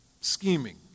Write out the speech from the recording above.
scheming